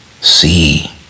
see